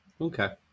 Okay